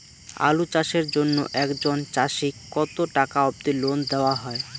আলু চাষের জন্য একজন চাষীক কতো টাকা অব্দি লোন দেওয়া হয়?